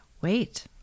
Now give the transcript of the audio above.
wait